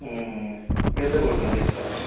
ହୁଁ ହୁଁ କେତେ କଲା